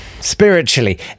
spiritually